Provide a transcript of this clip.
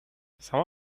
some